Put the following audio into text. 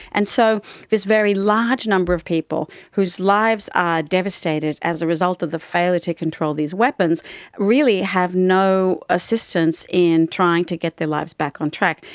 and so this very large number of people whose lives are devastated as a result of the failure to control these weapons really have no assistance in trying to get their lives back on track.